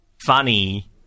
funny